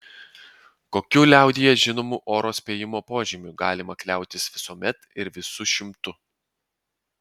kokiu liaudyje žinomu oro spėjimo požymiu galima kliautis visuomet ir visu šimtu